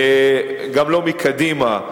גם לא מקדימה,